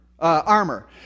Armor